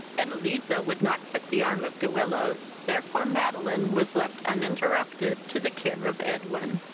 edeliza would not quit the arm of de willows, therefore madeline was left uninterrupted to the care of edwin.